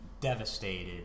devastated